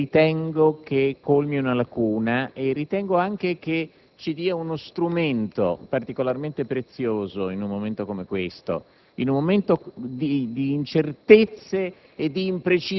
perché ritengo che colmi una lacuna e che ci dia uno strumento particolarmente prezioso in un momento, come quello attuale, di incertezze